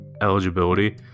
eligibility